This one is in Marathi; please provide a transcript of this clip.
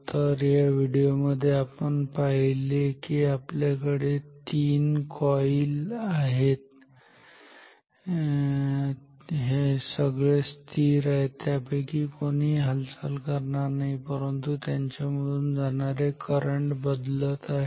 तर या व्हिडिओ मध्ये आपण पाहिले की आपल्या कडे तीन कॉईल आहेत सगळे स्थिर आहेत त्यांच्यापैकी कोणीही हालचाल करणार नाही परंतु त्यांच्या मधून जाणारे करंट बदलत आहेत